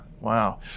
Wow